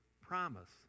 promise